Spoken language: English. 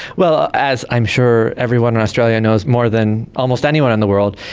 well, as i am sure everyone in australia knows more than almost anyone in the world,